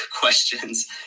questions